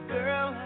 Girl